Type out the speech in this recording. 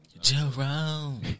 Jerome